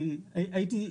אני הייתי,